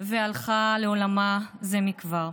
והלכה לעולמה זה מכבר.